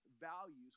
values